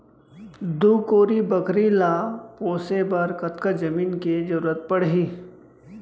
दू कोरी बकरी ला पोसे बर कतका जमीन के जरूरत पढही?